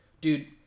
dude